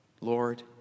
Lord